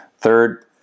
third